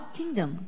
kingdom